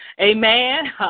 Amen